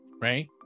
right